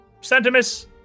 Sentimus